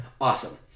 Awesome